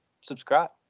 Subscribe